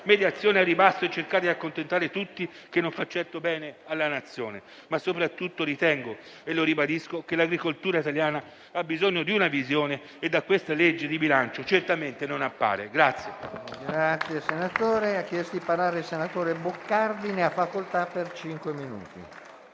mediazione al ribasso e di cercare di accontentare tutti, il che non fa certo bene alla Nazione. Soprattutto, però ritengo - e lo ribadisco - che l'agricoltura ha bisogno di una visione che, da questa legge di bilancio, certamente non appare.